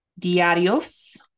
Diarios